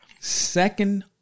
second